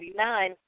1989